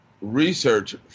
research